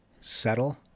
settle